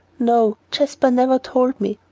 no, jasper never told me.